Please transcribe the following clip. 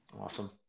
Awesome